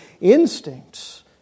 instincts